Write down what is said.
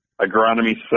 agronomy